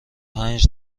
پنج